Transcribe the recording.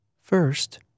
First